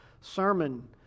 sermon